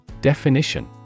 Definition